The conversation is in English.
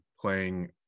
playing